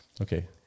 Okay